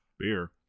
beer